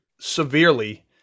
severely